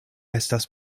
estas